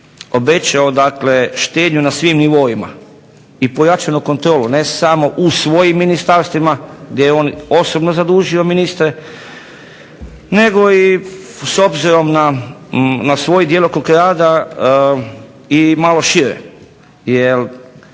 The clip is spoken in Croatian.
obećao, dakle štednju na svim nivoima i pojačanu kontrolu ne samo u svojim ministarstvima gdje je on osobno zadužio ministre, nego i s obzirom na svoj djelokrug rada i malo šire.